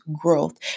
growth